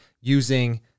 using